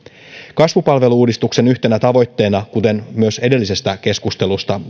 kasvupalvelu uudistuksen yhtenä tavoitteena kuten myös edellisestä keskustelusta